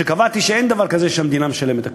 וקבעתי שאין דבר כזה שהמדינה משלמת הכול.